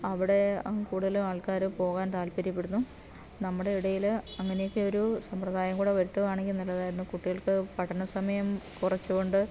അവിടെ കൂടുതലും ആൾക്കാര് പോകാൻ താൽപര്യപ്പെടുന്നു നമ്മുടെ ഇടയില് അങ്ങനെയൊക്കെ ഒരു സമ്പ്രദായം കൂടെ വരുത്തുകയാണെങ്കിൽ നല്ലതായിരിന്നു കുട്ടികൾക്ക് പഠന സമയം കുറച്ചുകൊണ്ട്